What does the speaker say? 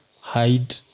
hide